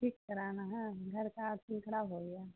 ٹھیک کرانا ہے گھر کا ارتھنگ خراب ہو گیا